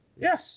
yes